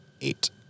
Eight